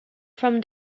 from